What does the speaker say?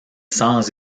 sans